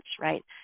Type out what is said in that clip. right